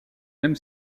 même